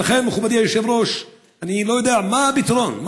ולכן, מכובדי היושב-ראש, אני לא יודע מה הפתרון.